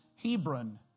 Hebron